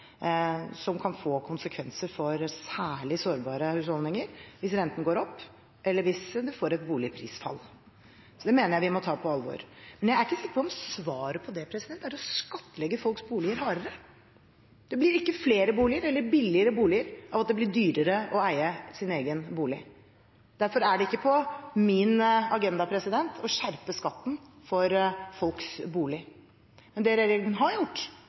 som kan få konsekvenser for særlig sårbare husholdninger hvis renten går opp, eller hvis man får et boligprisfall. Det mener jeg vi må ta på alvor. Men jeg er ikke sikker på om svaret på det er å skattlegge folks boliger hardere. Det blir ikke flere boliger eller billigere boliger av at det blir dyrere å eie sin egen bolig. Derfor er det ikke på min agenda å skjerpe skatten for folks bolig. Det regjeringen har gjort,